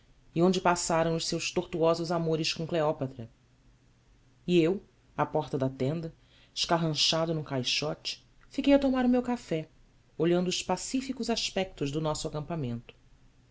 e onde passaram os seus tortuosos amores com cleópatra e eu à porta da tenda escarranchado num caixote fiquei a tomar o meu café olhando os pacíficos aspectos do nosso acampamento